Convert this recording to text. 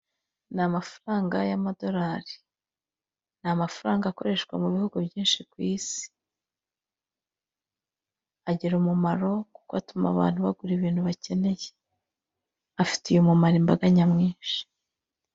Ni amafaranga y'amadolari, ni amafaranga akoreshwa mu bihugu byinshi ku isi, agira umumaro kuko atuma abantu bagura ibintu bakeneye, afitiye umumaro imbaga nyamwinshi.